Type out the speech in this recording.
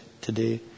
today